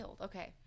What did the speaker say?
Okay